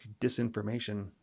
disinformation